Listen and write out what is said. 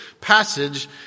passage